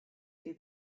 see